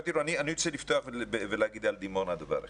אני רוצה לפתוח ולהגיד על דימונה דבר אחד,